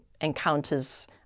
encounters